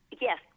Yes